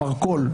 מרכול,